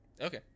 Okay